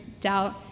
doubt